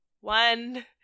one